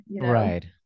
Right